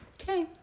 Okay